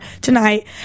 tonight